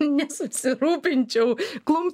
nesusirūpinčiau klumpių